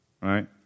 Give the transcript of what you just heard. right